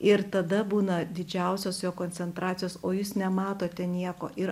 ir tada būna didžiausios jo koncentracijos o jūs nematote nieko ir